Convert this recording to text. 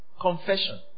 Confession